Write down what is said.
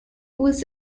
was